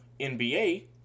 NBA